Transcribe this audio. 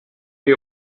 die